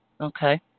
Okay